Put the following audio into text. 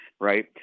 Right